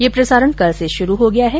ये प्रसारण कल से शुरू हो गया है